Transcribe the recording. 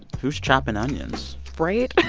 who's chopping onions? right?